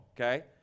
okay